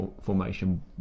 formation